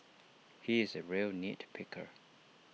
he is A real nit picker